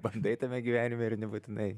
bandai tame gyvenime ir nebūtinai